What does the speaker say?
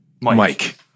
Mike